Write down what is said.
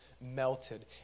melted